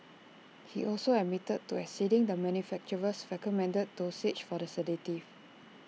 he also admitted to exceeding the manufacturer's recommended dosage for the sedative